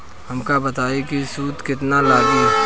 हमका बताई कि सूद केतना लागी?